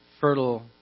fertile